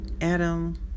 Adam